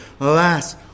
Alas